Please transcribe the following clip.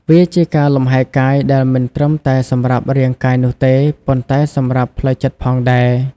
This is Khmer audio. វាជាការលំហែកាយដែលមិនត្រឹមតែសម្រាប់រាងកាយនោះទេ ប៉ុន្តែសម្រាប់ផ្លូវចិត្តផងដែរ។